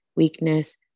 weakness